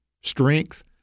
Strength